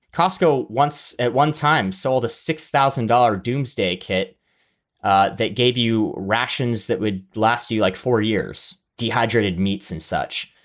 costco once at one time sold a six thousand dollar doomsday kit ah that gave you rations that would last you like four years dehydrated meats and such.